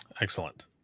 Excellent